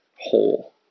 whole